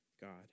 God